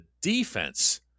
defense